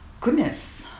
Goodness